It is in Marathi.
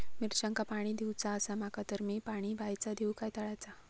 मिरचांका पाणी दिवचा आसा माका तर मी पाणी बायचा दिव काय तळ्याचा?